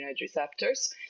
receptors